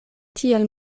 tiel